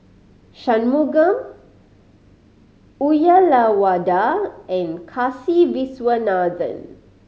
Shunmugam Uyyalawada and Kasiviswanathan